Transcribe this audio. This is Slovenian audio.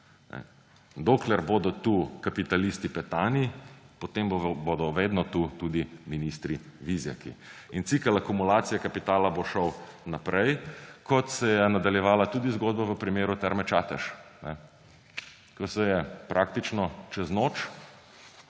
Dokler bodo tu kapitalisti Petani, potem bodo vedno tu tudi ministri Vizjaki. In cikel akumulacije kapitala bo šel naprej, kot se je nadaljevala tudi zgodba v primeru Terme Čatež, ko se je praktično čez noč